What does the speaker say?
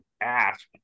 ask